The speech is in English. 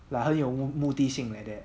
like 很有目的性 like that